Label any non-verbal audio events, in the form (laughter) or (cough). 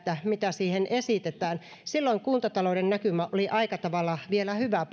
mitä siihen esitetään silloin puolitoista vuotta sitten kuntatalouden näkymä oli aika tavalla vielä hyvä (unintelligible)